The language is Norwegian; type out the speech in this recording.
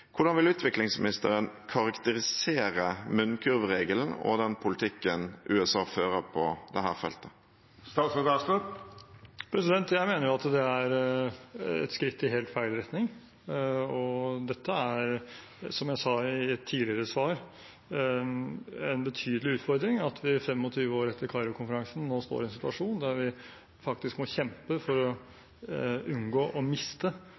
Hvordan vil utviklingsministeren karakterisere munnkurvregelen og den politikken USA fører på dette feltet? Jeg mener at det er et skritt i helt feil retning. Og det er, som jeg sa i et tidligere svar, en betydelig utfordring at vi 25 år etter Kairo-konferansen nå står i en situasjon der vi faktisk må kjempe for å unngå å miste